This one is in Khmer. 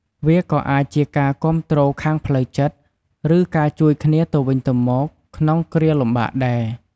វាក៏អាចជាការគាំទ្រខាងផ្លូវចិត្ត ឬការជួយគ្នាទៅវិញទៅមកក្នុងគ្រាលំបាកដែរ។